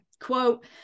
Quote